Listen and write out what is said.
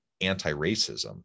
anti-racism